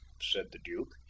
said the duke,